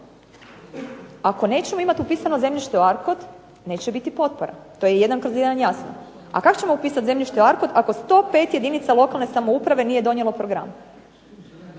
Ako nećemo imati upisano zemljište u ARKOD neće biti potpora, to je jedan kroz jedan jasno. A kako ćemo upisati zemljište u ARKOD ako 105 jedinica lokalne samouprave nije donijelo program?